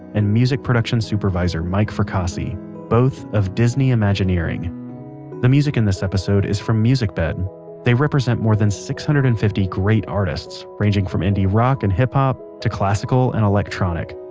and music production supervisor mike fracassi both of disney imagineering the music in this episode is from musicbed. but they represent more than six hundred and fifty great artists, ranging from indie rock and hip-hop to classical and electronic.